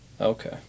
Okay